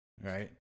right